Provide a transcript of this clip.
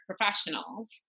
professionals